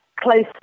close